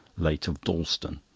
late of dalston.